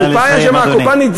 נא לסיים, אדוני.